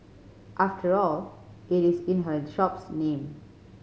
after all it is in her shop's name